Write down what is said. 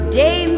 day